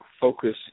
focus